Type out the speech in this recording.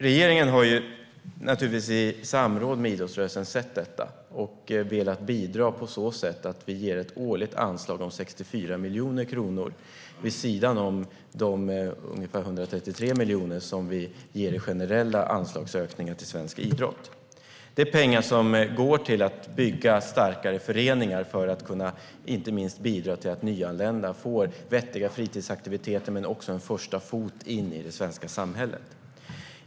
Regeringen har naturligtvis i samråd med idrottsrörelsen sett det här och velat bidra på så sätt att man ger ett årligt anslag om 64 miljoner kronor vid sidan av ungefär 133 miljoner i generella anslagsökningar till svensk idrott. Dessa pengar går till att bygga starkare föreningar för att de ska kunna bidra till att nyanlända ska få vettiga fritidsaktiviteter och också en första fot in i det svenska samhället.